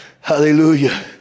Hallelujah